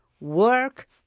work